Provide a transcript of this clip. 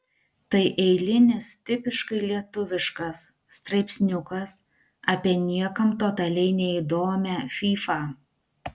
tai eilinis tipiškai lietuviškas straipsniukas apie niekam totaliai neįdomią fyfą